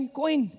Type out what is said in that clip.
coin